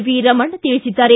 V Raman ತಿಳಿಸಿದ್ದಾರೆ